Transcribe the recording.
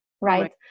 right